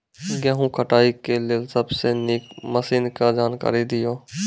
गेहूँ कटाई के लेल सबसे नीक मसीनऽक जानकारी दियो?